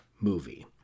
movie